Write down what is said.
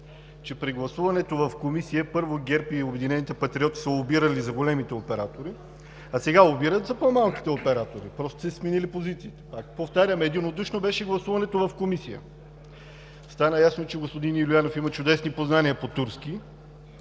че при гласуването в Комисия, първо, ГЕРБ и „Обединени патриоти“ са лобирали за големите оператори, а сега лобират за по-малките оператори. Просто са си сменили позициите. Повтарям – единодушно беше гласуването в Комисия. Стана ясно, че господин Ангелов има чудесни познания по турски.